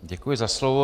Děkuji za slovo.